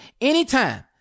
Anytime